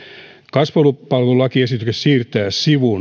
kasvupalvelulakiesitys siirtää